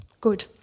good